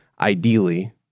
ideally